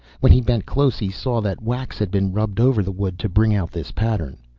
when he bent close he saw that wax had been rubbed over the wood to bring out this pattern.